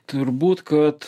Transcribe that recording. turbūt kad